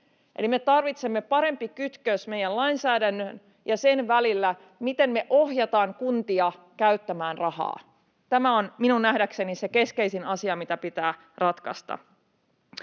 me tarvitsemme paremman kytköksen meidän lainsäädännön ja sen välillä, miten me ohjataan kuntia käyttämään rahaa. Tämä on minun nähdäkseni se keskeisin asia, mitä pitää ratkaista.